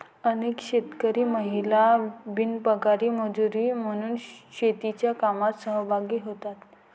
अनेक शेतकरी महिला बिनपगारी मजुरी म्हणून शेतीच्या कामात सहभागी होतात